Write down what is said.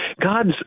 God's